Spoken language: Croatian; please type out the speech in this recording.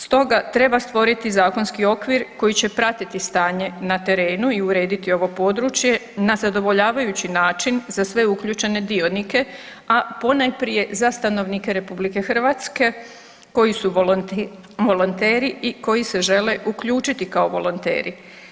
Stoga treba stvoriti zakonski okvir koji će pratiti stanje na terenu i urediti ovo područje na zadovoljavajući način za sve uključene dionike, a ponajprije za stanovnike RH koji su volonteri i koji se žele uključiti kao volonteri.